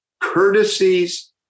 courtesies